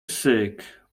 syk